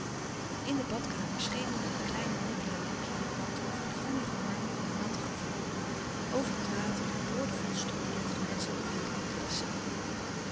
in de badkamer schemerde het kleine nikkelen lampje aan den wand over het groenige marmer van den nattigen vloer over het water dat boordevol stond in het gemetselde vierkante bassin